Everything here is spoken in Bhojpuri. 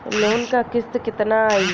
लोन क किस्त कितना आई?